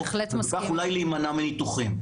ובכך אולי להימנע מניתוחים.